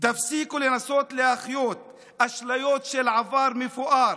תפסיקו לנסות להחיות אשליות של עבר מפואר,